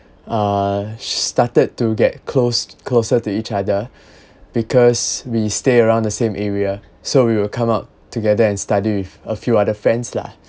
uh started to get close closer to each other because we stay around the same area so we will come up together and study with a few other friends lah